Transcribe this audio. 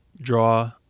draw